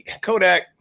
Kodak